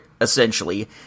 essentially